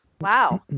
Wow